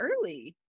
early